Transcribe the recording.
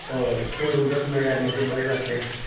हय चड उदक मेळ्ळ्यार मातशें बरें जातलें